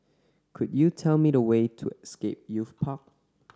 could you tell me the way to Scape Youth Park